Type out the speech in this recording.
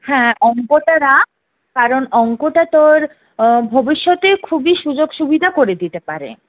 হ্যাঁ অঙ্কটা রাখ কারণ অঙ্কটা তোর ভবিষ্যতে খুবই সু্যোগ সুবিধা করে দিতে পারে